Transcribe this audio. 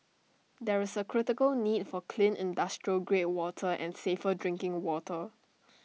there is A critical need for clean industrial grade water and safer drinking water